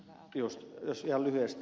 jos ihan lyhyesti